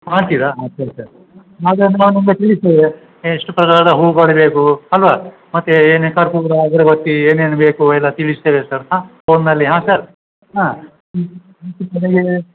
ಮಾಡ್ತೀರ ಹಾಂ ಸರಿ ಸರ್ ಹಾಗಾದರೆ ನಾವು ನಿಮಗೆ ತಿಳಿಸ್ತೇವೆ ಎಷ್ಟು ತರಹದ ಹೂವು ಕೊಡಬೇಕು ಅಲ್ಲವಾ ಮತ್ತು ಏನೇ ಕರ್ಪೂರ ಅಗರಬತ್ತಿ ಏನೇನು ಬೇಕು ಎಲ್ಲ ತಿಳಿಸ್ತೇವೆ ಸರ್ ಹಾಂ ಫೋನ್ನಲ್ಲಿ ಹಾಂ ಸರ್ ಹಾಂ